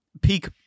peak